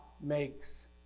makes